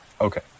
Okay